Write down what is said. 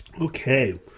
Okay